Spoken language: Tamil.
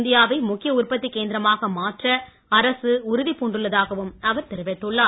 இந்தியாவை முக்கிய உற்பத்தி கேந்திரமாக மாற்ற அரசு உறுதிப் பூண்டுள்ளதாகவும் அவர் தெரிவித்துள்ளார்